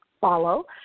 follow